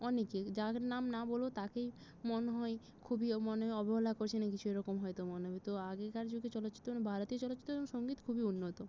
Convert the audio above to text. অনেকে যাদের নাম না বলব তাকেই মনে হয় খুবই মনে হয় অবহেলা করছি না কিছু এরকম হয়তো মনে হবে তো আগেকার যুগে চলচ্চিত্র মানে ভারতীয় চলচ্চিত্র সঙ্গীত খুবই উন্নত